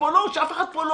- אף אחד פה,